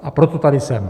A proto tady jsem.